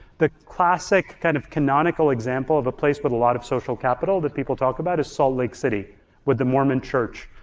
the classic kind of canonical example of a place with but a lot of social capital that people talk about is salt lake city with the mormon church,